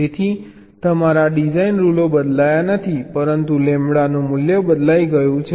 તેથી તમારા ડિઝાઇન રૂલો બદલાયા નથી પરંતુ લેમ્બડાનું મૂલ્ય બદલાઈ ગયું છે